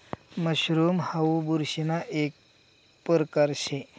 mushroom हाऊ बुरशीना एक परकार शे